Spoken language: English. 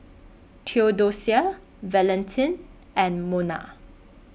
Theodocia Valentin and Mona